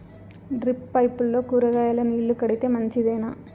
Drip పైపుల్లో కూరగాయలు నీళ్లు కడితే మంచిదేనా?